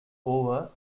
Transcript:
over